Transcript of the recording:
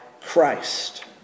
Christ